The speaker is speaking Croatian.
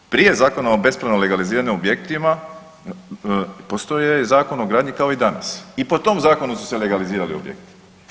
Prije zakona o bespravno legaliziranim objektima postojao je Zakon o gradnji kao i danas i po tom zakonu su se legalizirali objekti.